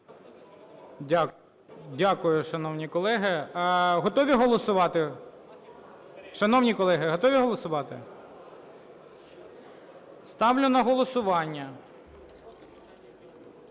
Шановні колеги, готові голосувати? Ставлю на голосування